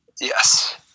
Yes